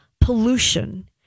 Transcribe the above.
pollution